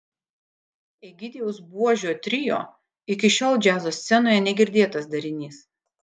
egidijaus buožio trio iki šiol džiazo scenoje negirdėtas darinys